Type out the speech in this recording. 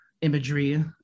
imagery